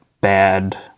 bad